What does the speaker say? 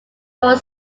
royal